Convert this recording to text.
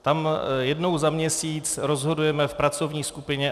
Tam jednou za měsíc rozhodujeme v pracovní skupině.